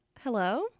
Hello